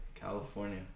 California